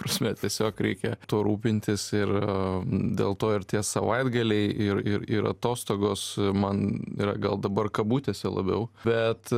prasme tiesiog reikia tuo rūpintis ir dėl to ir tie savaitgaliai ir ir ir atostogos man yra gal dabar kabutėse labiau bet